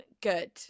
good